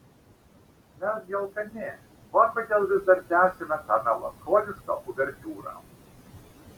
mes gi alkani va kodėl vis dar tęsiame tą melancholišką uvertiūrą